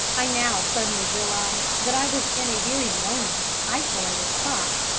i now suddenly realized that i was in a very lonely, isolated spot,